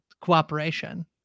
cooperation